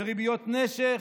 וריביות נשך.